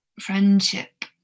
friendship